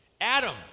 Adam